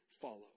follow